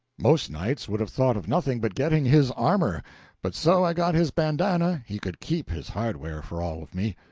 most knights would have thought of nothing but getting his armor but so i got his bandanna, he could keep his hardware, for all of me.